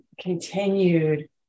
continued